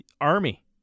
Army